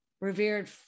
revered